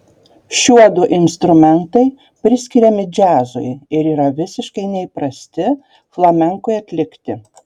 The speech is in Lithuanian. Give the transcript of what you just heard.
šiuodu instrumentai priskiriami džiazui ir yra visiškai neįprasti flamenkui atlikti